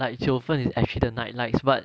like 九分 is actually the night lights but